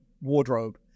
wardrobe